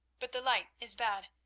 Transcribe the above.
but the light is bad,